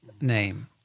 name